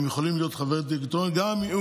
הם יכולים להיות חברי דירקטוריון גם אם